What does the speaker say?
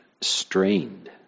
strained